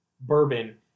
bourbon